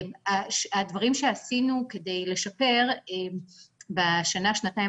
הדברים שעשינו כדי לשפר בשנה שנתיים